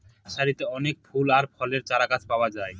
নার্সারিতে অনেক ফুল আর ফলের চারাগাছ পাওয়া যায়